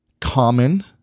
common